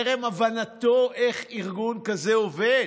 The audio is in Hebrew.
טרם הבנתו איך ארגון כזה עובד.